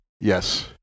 Yes